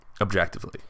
objectively